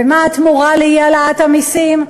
ומה התמורה לאי-העלאת המסים?